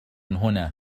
هنا